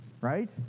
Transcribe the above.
Right